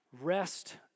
Rest